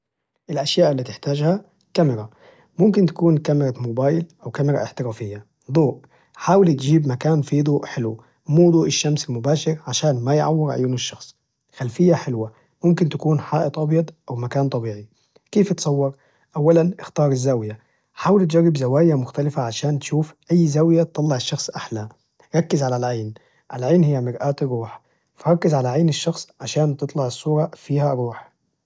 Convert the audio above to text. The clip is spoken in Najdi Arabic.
الأشياء إللي تحتاجها: كاميرا ممكن تكون كاميرا موبايل، أو كاميرا احترافية، ضوء حاول تجيب مكان في ضوء حلو مو ضوء الشمس المباشر عشان ما يعور عيون الشخص، خلفية حلوة ممكن تكون حائط أبيض أو مكان طبيعي، كيف تصور؟ أولا اختار الزاوية، حاول تجرب زواية مختلفة عشان تشوف أي زاوية تطلع الشخص أحلى؟ ركز على العين، العين هي مرآة الروح، فركز على عين الشخص عشان تطلع الصورة فيها روح.